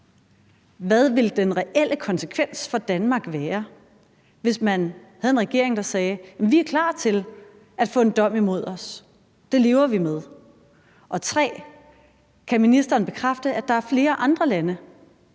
Hvad ville den reelle konsekvens for Danmark være, hvis man havde en regering, der sagde, at den var klar til at få en dom imod sig, og at det levede man med? Og punkt 3: Kan ministeren bekræfte, at der er flere andre lande,